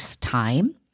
time